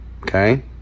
okay